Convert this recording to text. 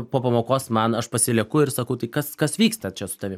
po pamokos man aš pasilieku ir sakau tai kas kas vyksta čia su tavim